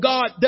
God